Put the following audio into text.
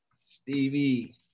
Stevie